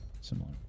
Similar